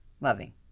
loving